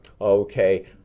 okay